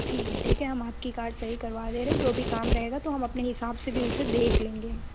ठीक है ठीक है हम आपकी कार सही करवा दे रहे हैं जो भी काम रहेगा तो हम अपने हिसाब से भी उसे देख लेंगे